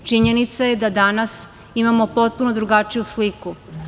Činjenica je da danas imamo potpuno drugačiju sliku.